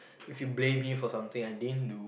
if you blame me for something I didn't do